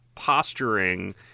posturing